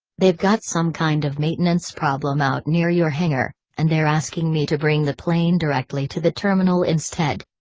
they've got some kind of maintenance problem out near your hangar, and they're asking me to bring the plane directly to the terminal instead.